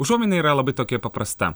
užuomina yra labai tokia paprasta